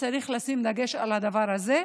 צריך לשים דגש על הדבר הזה.